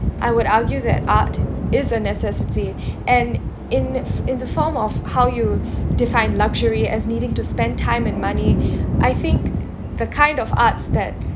I would argue that art is a necessity and in f~ in the form of how you define luxury as needing to spend time and money I think the kind of arts that